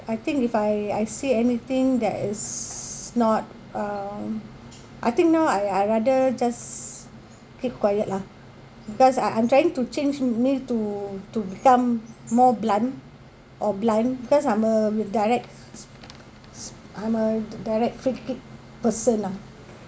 I think if I I see anything that is not uh I think now I I rather just keep quiet lah because I I'm trying to change me to to become more blunt or blind because I'm a direct I'm a direct person lah